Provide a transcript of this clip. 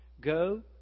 go